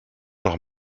noch